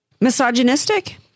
Misogynistic